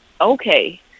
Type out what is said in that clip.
Okay